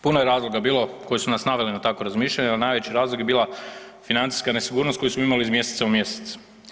Puno je razloga bilo koji su nas naveli na takvo razmišljanje, no najveći razlog je bila financijska nesigurnost koju smo imali iz mjeseca u mjesec.